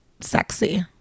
Sexy